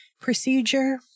procedure